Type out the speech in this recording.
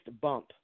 bump